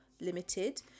Limited